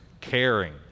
caring